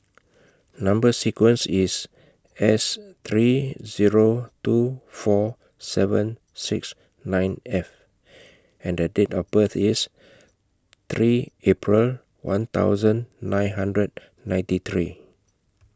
Number sequence IS S three Zero two four seven six nine F and The Date of birth IS three April one thousand nine hundred ninety three